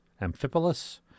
Amphipolis